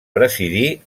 presidí